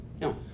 No